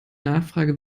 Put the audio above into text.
nachfrage